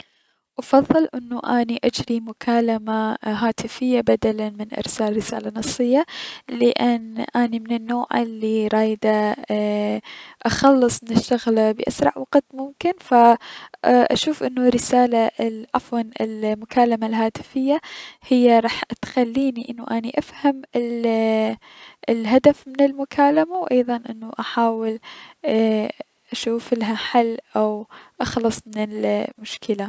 افضل انى اجري مكالمة هاتفية بدلا من ارسال رسالة نصية لأن اني اي- من النوع الي رايدة ايي- اخلص من الشغلة بأسرع وقت ممكن ف اي- اشوف انو رسالة العفوا- المكالمة الهاتفية هي راح تخليني انو اني افهم ال اي- الهدف من المكالمة و ايضا احاول اي- انو اشوفلها حل وو اي- اخلص من المشكلة.